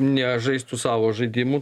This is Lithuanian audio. nežaistų savo žaidimų